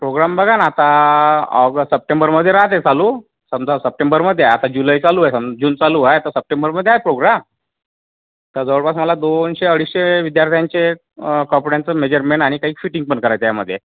programme बघा ना आत्ता ऑगस्ट सप्टेंबरमध्ये राहते चालू समजा सप्टेंबरमध्ये आहे आता जुलै चालू आहे सम जून चालू आहे तर सप्टेंबरमध्ये आहे प्रोग्राम आता जवळपास मला दोनशे अडीचशे विद्यार्थ्यांचे कपड्यांचं मेजर्मेन आणि काही फिटिंग पण करायचं आहे मध्ये